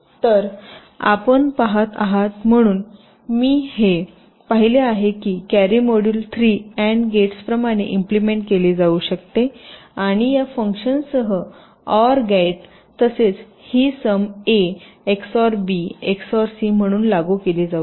तर आपण पहात आहात म्हणून मी हे पाहिले आहे की कॅरी मॉड्यूल 3 अँड गेट्स प्रमाणे इम्प्लिमेंट केले जाऊ शकते आणि या फंक्शनसह ऑर गेटतसेच ही sum A XOR B XOR C म्हणून लागू केली जाऊ शकते